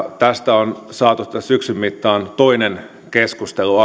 on saatu syksyn mittaan toinen keskustelu